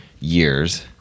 years